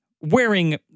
wearing